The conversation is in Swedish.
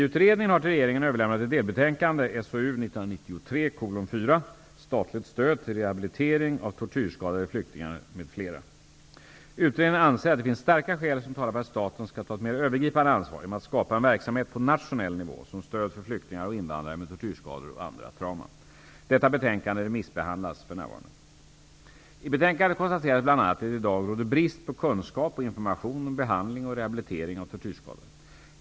Utredningen anser att det finns starka skäl som talar för att staten skall ta ett mer övergripande ansvar genom att skapa en verksamhet på nationell nivå, som stöd för flyktingar och invandrare med tortyrskador och andra trauma. Detta betänkande remissbehandlas för närvarande. I betänkandet konstateras bl.a. att det i dag råder brist på kunskap och information om behandling och rehabilitering av tortyrskadade.